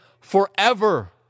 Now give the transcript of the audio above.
forever